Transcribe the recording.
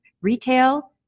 retail